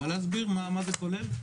את יכולה להסביר מה זה כולל?